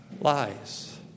lies